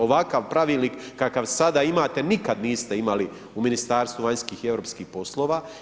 Ovakav pravilnik kakav sada imate nikad niste imali u Ministarstvu vanjskih i europskih poslova.